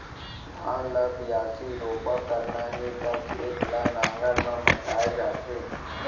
धान ल बियासी, रोपा करना हे त खेत ल नांगर म मताए जाथे